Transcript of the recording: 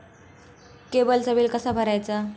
केबलचा बिल कसा भरायचा?